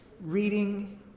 reading